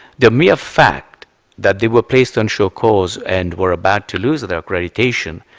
the mere fact that they were placed on sure cause and were about to lose their accreditation,